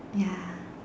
ya